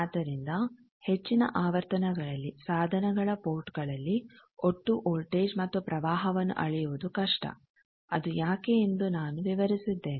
ಆದ್ದರಿಂದ ಹೆಚ್ಚಿನ ಆವರ್ತನಗಳಲ್ಲಿ ಸಾಧನಗಳ ಪೋರ್ಟ್ಗಳಲ್ಲಿ ಒಟ್ಟು ವೋಲ್ಟೇಜ್ ಮತ್ತು ಪ್ರವಾಹವನ್ನು ಅಳೆಯುವುದು ಕಷ್ಟ ಅದು ಯಾಕೆ ಎಂದು ನಾನು ವಿವರಿಸಿದ್ದೇನೆ